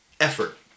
Effort